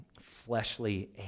fleshly